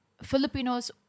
Filipinos